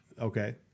Okay